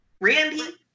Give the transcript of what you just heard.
Randy